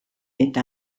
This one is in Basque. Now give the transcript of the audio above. eta